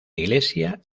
iglesia